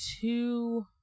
two